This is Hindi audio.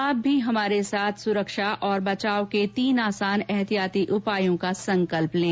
आप भी हमारे साथ सुरक्षा और बचाव के तीन आसान एहतियाती उपायों का संकल्प लें